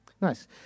nice